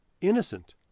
innocent